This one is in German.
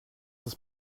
ist